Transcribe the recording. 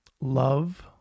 love